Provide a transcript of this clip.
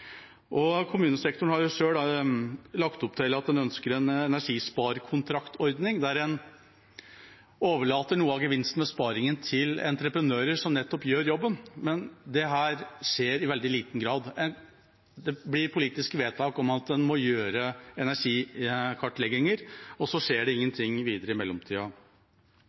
Kommunesektoren har selv lagt opp til at den ønsker en energisparekontraktordning, der en overlater noe av gevinsten ved sparingen til entreprenører som nettopp gjør jobben, men dette skjer i veldig liten grad. Det blir politiske vedtak om at en må gjøre energikartlegginger, og så skjer det ingenting videre i mellomtida.